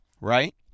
right